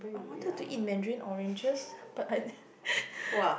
I wanted to eat mandarin oranges but I